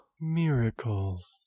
Miracles